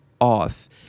off